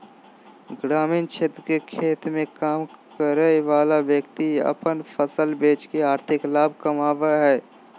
ग्रामीण क्षेत्र के खेत मे काम करय वला व्यक्ति अपन फसल बेच के आर्थिक लाभ कमाबय हय